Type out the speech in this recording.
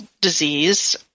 disease